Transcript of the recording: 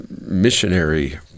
missionary